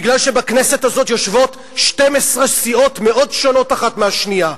מכיוון שבכנסת הזאת יושבות 12 סיעות מאוד שונות אחת מהשנייה.